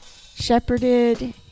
shepherded